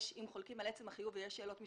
אם חולקים על עצם החיוב ויש שאלות משפטיות,